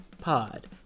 Pod